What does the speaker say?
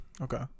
Okay